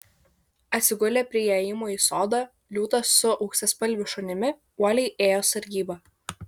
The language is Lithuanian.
atsigulę prie įėjimo į sodą liūtas su auksaspalviu šunimi uoliai ėjo sargybą